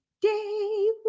day